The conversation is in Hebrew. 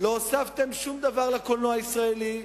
לא הוספתם שום דבר לקולנוע הישראלי,